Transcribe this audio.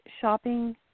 shopping